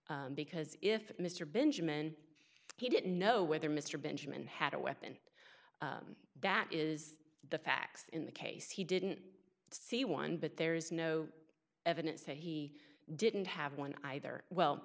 resort because if mr benjamin he didn't know whether mr benjamin had a weapon that is the facts in the case he didn't see one but there is no evidence that he didn't have one either well